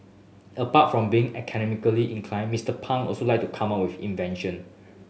apart from being academically inclined Mister Pang also like to come up with invention